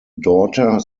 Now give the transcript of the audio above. daughter